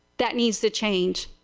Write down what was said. that needs to change.